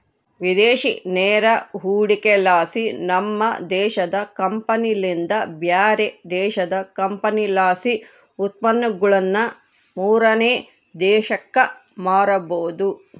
ವಿದೇಶಿ ನೇರ ಹೂಡಿಕೆಲಾಸಿ, ನಮ್ಮ ದೇಶದ ಕಂಪನಿಲಿಂದ ಬ್ಯಾರೆ ದೇಶದ ಕಂಪನಿಲಾಸಿ ಉತ್ಪನ್ನಗುಳನ್ನ ಮೂರನೇ ದೇಶಕ್ಕ ಮಾರಬೊದು